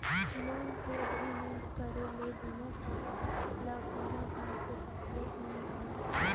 loan के agreement करे ले दुनो पक्छ ल कोनो ढंग ले तकलीफ नइ होवय